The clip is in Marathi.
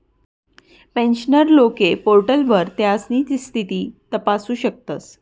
पेन्शनर लोके पोर्टलवर त्यास्नी स्थिती तपासू शकतस